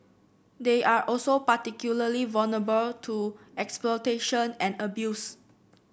they are also particularly vulnerable to exploitation and abuse